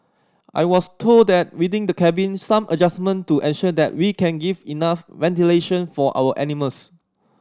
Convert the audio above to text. I was told that within the cabin some adjustment to ensure that we can give enough ventilation for our animals